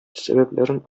сәбәпләрен